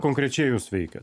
konkrečiai jūs veikiat